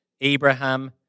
Abraham